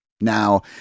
Now